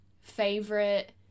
favorite